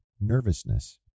nervousness